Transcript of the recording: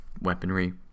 weaponry